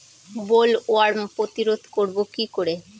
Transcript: Bollworm প্রতিরোধ করব কি করে?